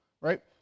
right